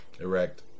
erect